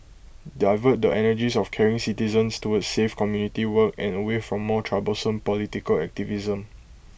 divert the energies of caring citizens towards safe community work and away from more troublesome political activism